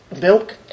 milk